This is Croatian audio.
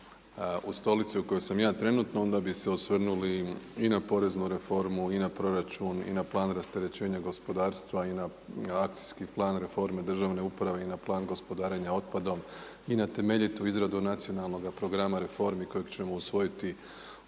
u stolici u kojoj sam ja trenutno onda bi se osvrnuli i na poreznu reformu, i na proračun, i na plan rasterećenja gospodarstva, i na akcijski plan reforme državne uprave, i na plan gospodarenja otpadom, i na temeljitu izradu nacionalnog programa reformi kojeg ćemo usvojiti u travnju